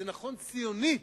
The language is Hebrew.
זה נכון ציונית,